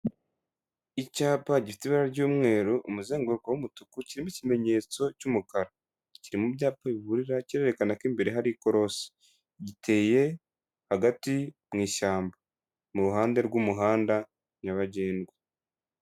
Icyapa gifite ibara ry'umweru umuzenguruko w'umutuku kirimo ikimenyetso cy'umukara kiri mu byapa biburira cyerekana ko imbere hari ikorosi giteye hagati mu ishyamba mu ruhande rw'umuhanda nyabagendwa.